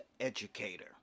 educator